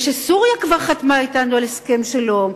ושסוריה כבר חתמה אתנו על הסכם שלום,